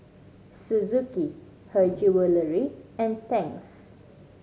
Suzuki Her Jewellery and Tangs